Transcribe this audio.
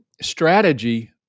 strategy